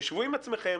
תשבו עם עצמכם,